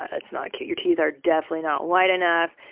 it's not cute. your teeth are definitely not white enough.